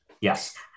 Yes